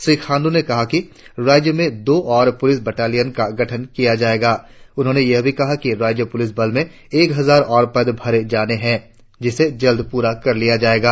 श्री खांडू ने कहा कि राज्य में दो और प्रलिस बटालियन का सदन जल्ट किया जाएगा उन्होंने यह भी कहा कि राज्य पुलिस बल में एक हजार और पद भरे जाने बाकी है जिसे जल्द ही पूरा कर लिया जाएगा